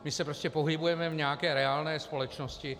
My se prostě pohybujeme v nějaké reálné společnosti.